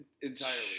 entirely